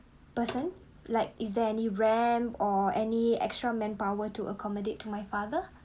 person like is there any ramp or any extra manpower to accommodate to my father